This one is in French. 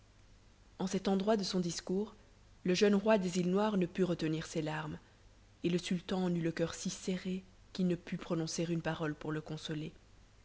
en cet endroit de son discours le jeune roi des îles noires ne put retenir ses larmes et le sultan en eut le coeur si serré qu'il ne put prononcer une parole pour le consoler